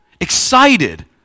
excited